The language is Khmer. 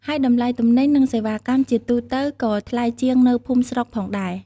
ហើយតម្លៃទំនិញ និងសេវាកម្មជាទូទៅក៏ថ្លៃជាងនៅភូមិស្រុកផងដែរ។